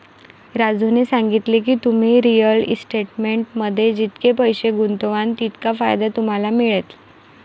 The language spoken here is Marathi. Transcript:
राजूने सांगितले की, तुम्ही रिअल इस्टेटमध्ये जितके पैसे गुंतवाल तितका फायदा तुम्हाला मिळेल